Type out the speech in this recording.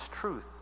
truth